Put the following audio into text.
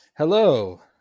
Hello